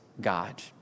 God